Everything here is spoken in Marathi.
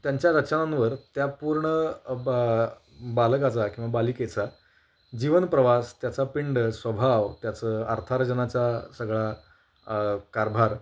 त्यांच्या रचनांवर त्या पूर्ण बा बालकाचा किंवा बालिकेचा जीवनप्रवास त्याचा पिंड स्वभाव त्याचं अर्थार्जनाचा सगळा कारभार